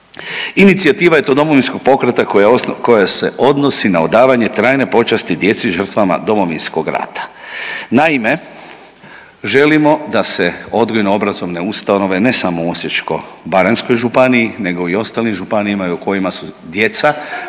Inicijativa je to Domovinskog pokreta koja se odnosi na odavanje trajne počasti djeci žrtvama Domovinskog rata. Naime, želimo da se odgojno obrazovne ustanove ne samo u Osječko-baranjskoj županiji nego i u ostalim županijama u kojima su djeca